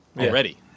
already